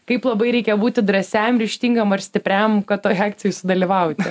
kaip labai reikia būti drąsiam ryžtingam ir stipriam kad toj akcijoj sudalyvauti